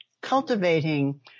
cultivating